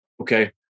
okay